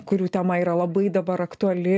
kurių tema yra labai dabar aktuali